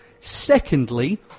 secondly